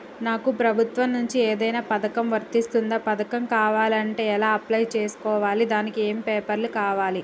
నాకు ప్రభుత్వం నుంచి ఏదైనా పథకం వర్తిస్తుందా? పథకం కావాలంటే ఎలా అప్లై చేసుకోవాలి? దానికి ఏమేం పేపర్లు కావాలి?